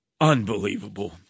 Unbelievable